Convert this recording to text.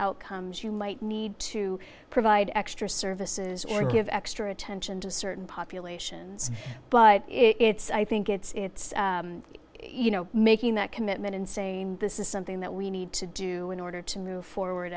outcomes you might need to provide extra services or give extra attention to certain population ns but it's i think it's you know making that commitment and saying this is something that we need to do in order to move